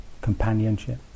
companionship